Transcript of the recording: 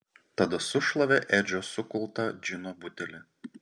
tada sušlavė edžio sukultą džino butelį